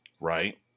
right